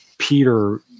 Peter